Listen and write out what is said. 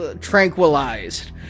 Tranquilized